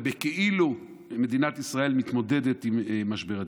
כאילו מדינת ישראל מתמודדת עם משבר הדיור.